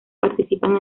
participan